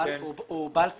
בעל סמכות,